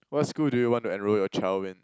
what school do you want to enrol your child in